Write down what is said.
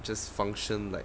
just function like